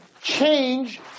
change